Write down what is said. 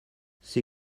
see